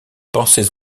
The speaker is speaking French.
pensez